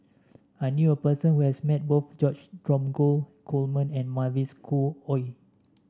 I knew a person who has met both George Dromgold Coleman and Mavis Khoo Oei